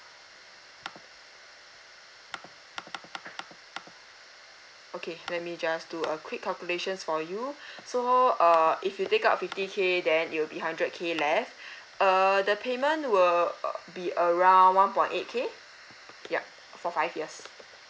okay let me just do a quick calculations for you so uh if you take out fifty K then it will be hundred K left err the payment will uh be around one point eight K yup for five years